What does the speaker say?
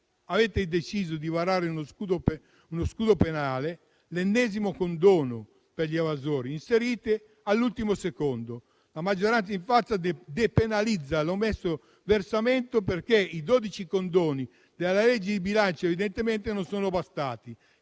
Avete deciso di varare uno scudo penale, l'ennesimo condono per gli evasori, inserito all'ultimo secondo. La maggioranza infatti depenalizza l'omesso versamento, perché i 12 condoni della legge di bilancio evidentemente non sono bastati.